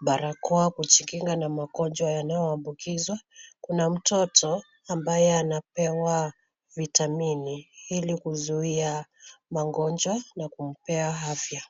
barakoa kujikinga na magonjwa yanayoambukizwa. Kuna mtoto ambaye anapewa vitamini ili kuzuia magonjwa na kumpea afya.